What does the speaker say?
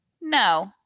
no